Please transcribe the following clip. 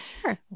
Sure